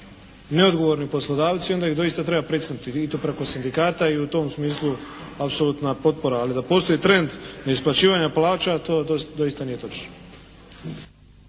neodgovorni poslodavci, onda ih doista treba …/Govornik se ne razumije./… i to preko Sindikata i u tom smislu apsolutna potpora. Ali da postoji trend neisplaćivanja plaća to doista nije točno.